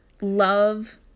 love